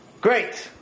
Great